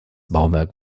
bauwerk